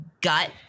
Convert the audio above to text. gut